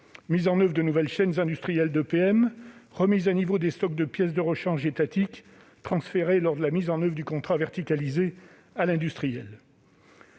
mise en oeuvre de nouvelles chaînes industrielles d'EPM, remise à niveau des stocks de pièces de rechange étatiques transférées lors de la mise en oeuvre du contrat verticalisé à l'industriel.